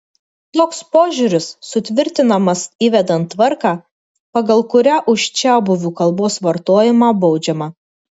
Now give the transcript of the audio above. toks požiūris sutvirtinamas įvedant tvarką pagal kurią už čiabuvių kalbos vartojimą baudžiama